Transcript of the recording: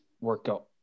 workout